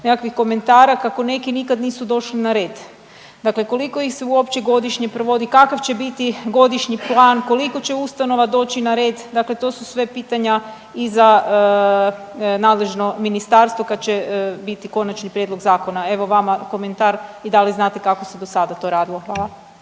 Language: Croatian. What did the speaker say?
nekakvih komentara kako neki nikada nisu došli na red? Dakle koliko ih se uopće godišnje provodi? Kakav će biti godišnji plan? Koliko će ustanova doći na red? Dakle to su sve pitanja i za nadležno Ministarstvo kada će biti Konačni prijedlog zakona. Evo vama komentar i da li znate kako se do sada to radilo? Hvala.